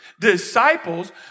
disciples